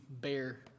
bear